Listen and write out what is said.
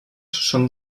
són